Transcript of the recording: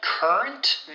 Current